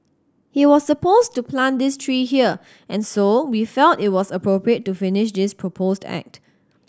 he was supposed to plant this tree here and so we felt it was appropriate to finish this proposed act